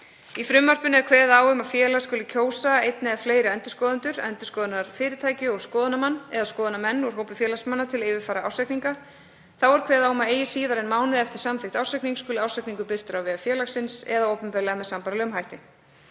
Í frumvarpinu er kveðið á um að félag skuli kjósa einn eða fleiri endurskoðendur, endurskoðunarfyrirtæki og skoðunarmann eða -menn úr hópi félagsmanna til að yfirfara ársreikninga. Þá er kveðið á um að eigi síðar en mánuði eftir samþykkt ársreiknings skuli hann birtur á vef félagsins eða opinberlega með sambærilegum hætti.